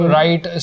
right